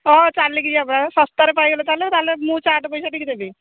ହଁ ଚାଲିକି ଯିବାକୁ ପଡ଼ିବ ଶସ୍ତାରେ ପାଇଗଲ ତା'ହେଲେ ତା'ହେଲେ ମୁଁ ଚାଟ୍ ପଇସାଟିକୁ ଦେବି